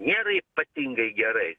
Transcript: nėra ypatingai gerai